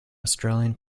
australian